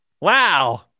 Wow